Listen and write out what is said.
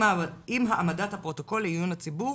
אם העמדת הפרוטוקול לעיון הציבור